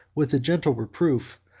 with a gentle reproof,